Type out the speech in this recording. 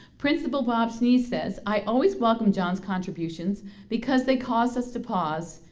principal bob snee says i always welcome john's contributions because they cause us to pause,